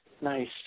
Nice